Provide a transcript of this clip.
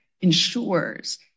ensures